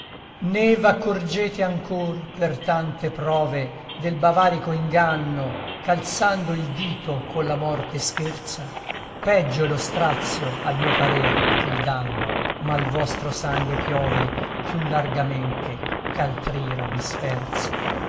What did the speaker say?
né v'accorgete anchor per tante prove del bavarico inganno ch'alzando il dito colla morte scherza peggio è lo strazio al mio parer che l danno ma l vostro sangue piove piú largamente ch'altr'ira vi sferza